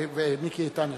מיקי איתן ישיב.